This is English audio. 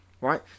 Right